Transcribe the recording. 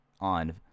on